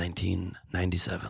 1997